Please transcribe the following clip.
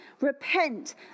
repent